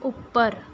ਉੱਪਰ